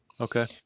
Okay